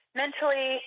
mentally